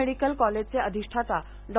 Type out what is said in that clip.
medical कॉलेजचे अधिष्ठाता डॉ